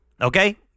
Okay